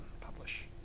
publish